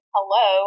Hello